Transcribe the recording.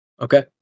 Okay